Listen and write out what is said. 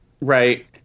right